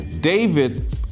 David